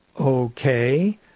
okay